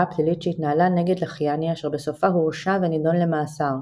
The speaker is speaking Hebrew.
הפלילית שהתנהלה נגד לחיאני אשר בסופה הורשע ונידון למאסר.